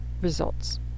results